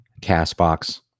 CastBox